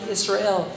Israel